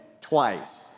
twice